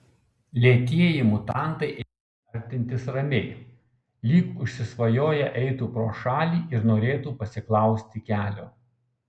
lėtieji mutantai ėmė artintis ramiai lyg užsisvajoję eitų pro šalį ir norėtų pasiklausti kelio